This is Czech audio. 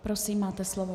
Prosím, máte slovo.